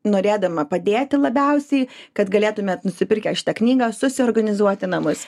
norėdama padėti labiausiai kad galėtumėt nusipirkę šitą knygą susiorganizuoti namus